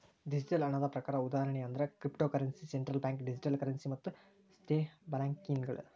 digital ಹಣದ ಪ್ರಕಾರ ಉದಾಹರಣಿ ಅಂದ್ರ cryptocurrency, central bank digital currency ಮತ್ತ ಸ್ಟೇಬಲ್ಕಾಯಿನ್ಗಳ